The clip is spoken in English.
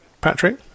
patrick